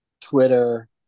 Twitter